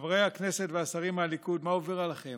חברי הכנסת והשרים מהליכוד, מה עובר עליכם?